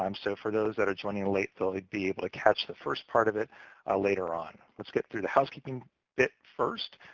um so for those that are joining late, they'll be able to catch the first part of it later on. let's get through the housekeeping bit first.